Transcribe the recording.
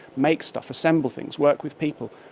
make stuff, assemble things, work with people,